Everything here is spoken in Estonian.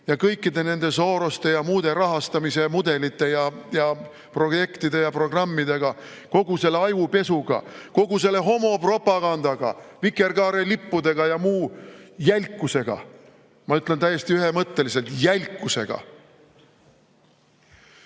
ja kõikide nende Soroste ja muude rahastamismudelite ja projektide ja programmidega, kogu selle ajupesuga, kogu selle homopropagandaga, vikerkaarelippudega ja muu jälkusega. Ma ütlen täiesti ühemõtteliselt: jälkusega. Esitan